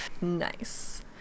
Nice